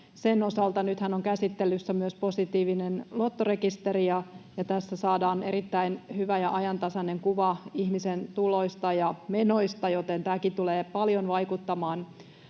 sen osalta. Nythän on käsittelyssä myös positiivinen luottorekisteri. Tässä saadaan erittäin hyvä ja ajantasainen kuva ihmisen tuloista ja menoista, joten tämäkin tulee paljon vaikuttamaan